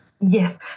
Yes